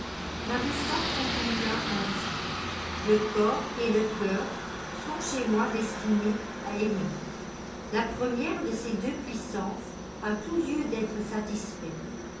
poursuivez nabussan continua ainsi le corps et le coeur sont chez moi destinés à aimer la première de ces deux puissances a tout lieu d'être satisfaite